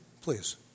Please